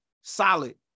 solid